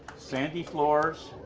sandy floors,